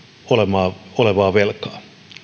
velkaa